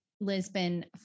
Lisbon